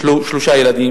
יש לו שלושה ילדים.